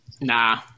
Nah